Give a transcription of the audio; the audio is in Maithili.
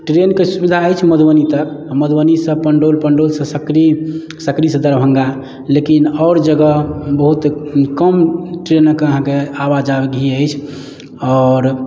ट्रेन के सुविधा अछि मधुबनी तक मधुबनी सॅं पंडौल पंडौल से सकरी सकरी से दरभंगा लेकिन आओर जगह बहुत कम ट्रेन के अहाँके आवाजाही अछि आओर